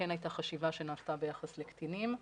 כן הייתה חשיבה שנעשתה ביחס לקטינים.